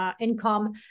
income